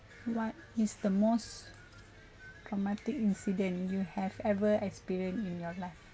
what is the most romantic incident you have ever experienced in your life